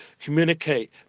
communicate